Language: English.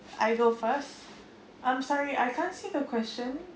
I go first um sorry I can't see the question